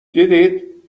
دیدید